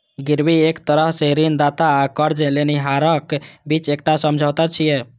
गिरवी एक तरह सं ऋणदाता आ कर्ज लेनिहारक बीच एकटा समझौता छियै